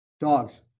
Dogs